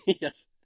yes